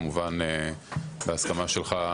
כמובן בהסכמה שלך,